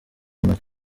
mali